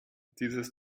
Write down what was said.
dieses